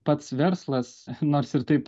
pats verslas nors ir taip